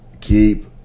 keep